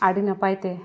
ᱟᱹᱰᱤ ᱱᱟᱯᱟᱭᱛᱮ